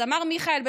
אז אמר מיכאל,